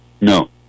No